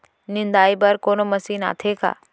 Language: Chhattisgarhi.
निंदाई बर कोनो मशीन आथे का?